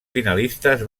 finalistes